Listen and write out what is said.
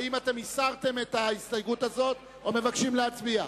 האם אתם הסרתם את ההסתייגות הזאת או מבקשים להצביע?